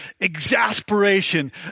exasperation